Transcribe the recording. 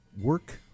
work